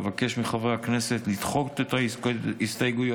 אבקש מחברי הכנסת לדחות את ההסתייגויות